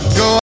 go